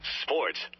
sports